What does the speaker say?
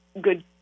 good